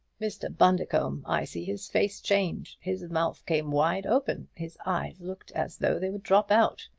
mr. bundercombe, i see his face change. his mouth came wide open his eyes looked as though they would drop out.